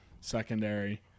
Secondary